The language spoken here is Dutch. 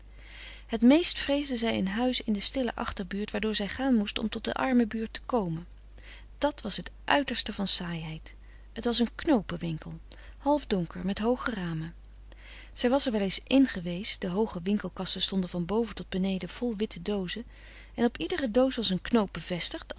het meest vreesde zij een huis in de stille achterbuurt waardoor zij gaan moest om tot de arme buurt te komen dat was het uiterste van saaiheid het was een knoopenwinkel halfdonker met hooge ramen zij was er wel eens in geweest de hooge winkelkasten stonden van boven tot beneden vol witte doozen en op iedere doos was een knoop bevestigd